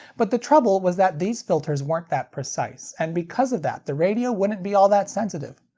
but the trouble was that these filters weren't that precise, and because of that the radio wouldn't be all that sensitive.